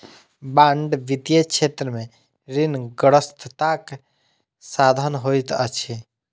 bond वित्तीय क्षेत्र में ऋणग्रस्तताक साधन होइत अछि